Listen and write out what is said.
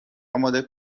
آماده